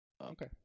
Okay